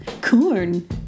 corn